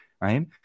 right